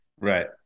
Right